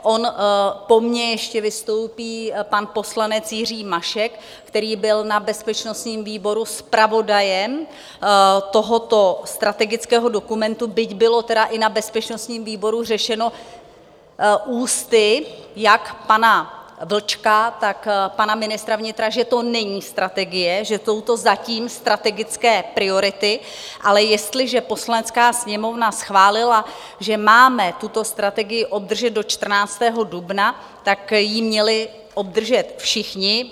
On po mně ještě vystoupí pan poslanec Jiří Mašek, který byl na bezpečnostním výboru zpravodajem tohoto strategického dokumentu, byť bylo tedy i na bezpečnostním výboru řečeno ústy jak pana Vlčka, tak pana ministra vnitra, že to není strategie, že jsou to zatím strategické priority, ale jestliže Poslanecká sněmovna schválila, že máme tuto strategii obdržet do 14. dubna, tak ji měli obdržet všichni.